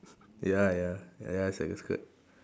ya ya ya it's like a skirt